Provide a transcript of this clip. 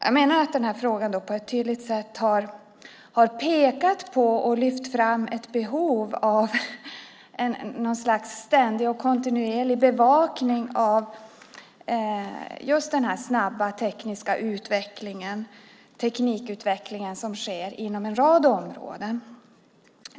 Jag menar att den här frågan på ett tydligt sätt har pekat på och lyft fram ett behov av någon slags ständig och kontinuerlig bevakning av just den snabba teknikutveckling som sker inom en rad områden.